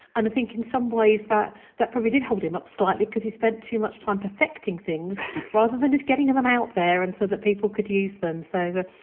and i think in some ways that that probably did hold him up slightly because he spent too much time perfecting things rather than just getting them out there and so that people could use them. so, but